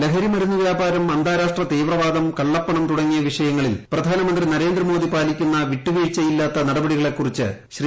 ലഹരി മരുന്ന് വ്യാപാരം അന്താരാഷ്ട്ര തീവ്രവാദം കള്ളപണം തുടങ്ങിയ വിഷയങ്ങളിൽ പ്രധാനമന്ത്രി നരേന്ദ്ര മോദി പാലിക്കുന്ന വിട്ടുവീഴ്ചയില്ലാത്ത നടപടികളെ കുറിച്ച് ശ്രീ